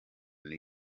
new